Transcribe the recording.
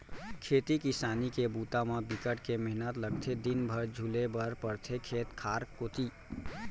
खेती किसान के बूता म बिकट के मेहनत लगथे दिन भर झुले बर परथे खेत खार कोती